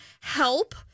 help